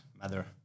matter